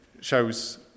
shows